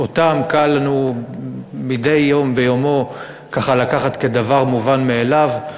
אותם קל לנו מדי יום ביומו ככה לקחת כדבר מובן מאליו.